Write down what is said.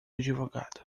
advogado